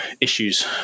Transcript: issues